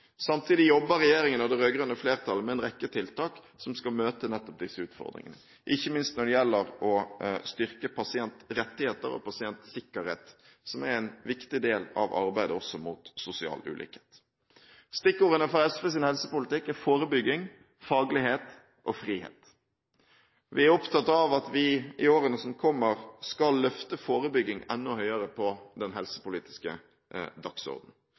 Samtidig jobber regjeringen og det rød-grønne flertallet med en rekke tiltak som skal møte nettopp disse utfordringene, ikke minst når det gjelder å styrke pasientrettigheter og pasientsikkerhet, som er en viktig del av arbeidet også mot sosial ulikhet. Stikkordene for SVs helsepolitikk er forebygging, faglighet og frihet. Vi er opptatt av at vi i årene som kommer, skal løfte forebygging enda høyere på den helsepolitiske